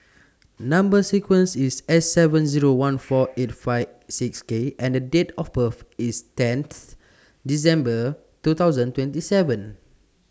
Number sequence IS S seven Zero one four eight five six K and The Date of birth IS tenth December two thousand twenty seven